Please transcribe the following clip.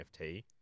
NFT